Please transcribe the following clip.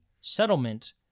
settlement